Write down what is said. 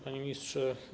Panie Ministrze!